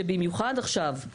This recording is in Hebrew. שבמיוחד עכשיו,